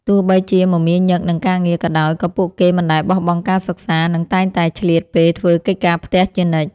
ទោះបីជាមមាញឹកនឹងការងារក៏ដោយក៏ពួកគេមិនដែលបោះបង់ការសិក្សានិងតែងតែឆ្លៀតពេលធ្វើកិច្ចការផ្ទះជានិច្ច។